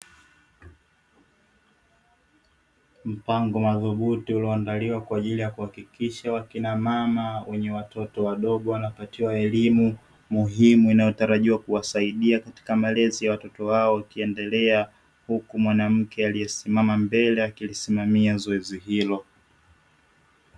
Mpango madhubuti uliondaliwa kwa ajili ya kuhakikisha wakina mama wenye watoto wadogo wanapatiwa elimu muhimu inayotarajiwa kuwasaidia katika malezi ya watoto wao ikiendelea, huku mwanamke aliyesimama mbele akilisimamia zoezi hilo.